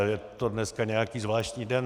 Je to dneska nějaký zvláštní den.